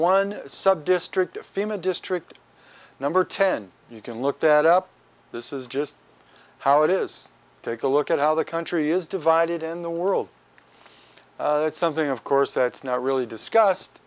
one subdistrict fema district number ten you can look that up this is just how it is take a look at how the country is divided in the world something of course that's not really discussed